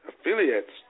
affiliates